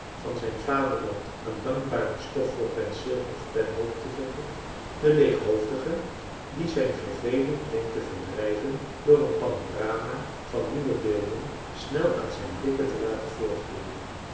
van zijn vaderland een dankbaarder stof voor penseel of pen hoopt te vinden de leeghoofdige die zijn verveling denkt te verdrijven door een panorama van nieuwe beelden snel aan zijn blikken te laten